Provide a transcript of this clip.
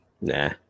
Nah